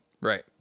Right